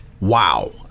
Wow